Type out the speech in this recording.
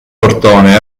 portone